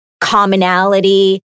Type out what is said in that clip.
commonality